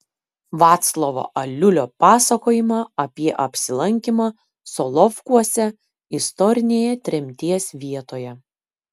vaclovo aliulio pasakojimą apie apsilankymą solovkuose istorinėje tremties vietoje